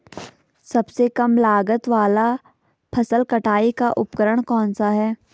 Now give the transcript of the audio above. सबसे कम लागत वाला फसल कटाई का उपकरण कौन सा है?